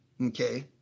okay